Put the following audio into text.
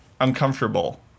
uncomfortable